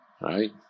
right